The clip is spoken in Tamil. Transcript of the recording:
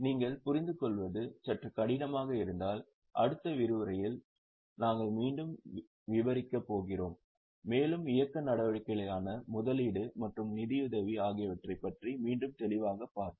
நீங்கள் புரிந்துகொள்வது சற்று கடினமாக இருந்தால் அடுத்த விரிவுரையில் நாங்கள் மீண்டும் விவரிக்க போகிறோம் மேலும் இயக்க நடவடிக்கைகளான முதலீடு மற்றும் நிதியுதவி ஆகியவற்றைப் பற்றி மீண்டும் தெளிவாக பார்ப்போம்